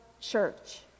church